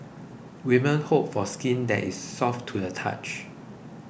women hope for skin that is soft to the touch